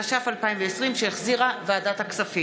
חברי הצוות גם כאן בעלי ניסיון רב בתחומים